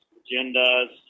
agendas